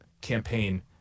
campaign